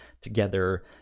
together